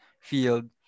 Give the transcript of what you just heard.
field